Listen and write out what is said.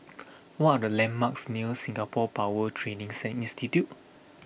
what are the landmarks near Singapore Power Training sing Institute